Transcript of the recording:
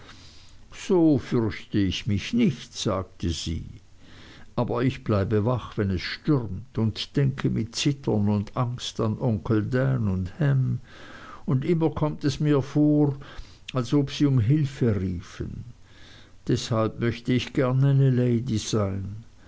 so fürchte ich mich nicht sagte sie aber ich bleibe wach wenn es stürmt und denke mit zittern und angst an onkel dan und ham und immer kommt es mir vor als ob sie um hilfe riefen deshalb möcht ich gern eine lady sein